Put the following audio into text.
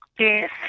Yes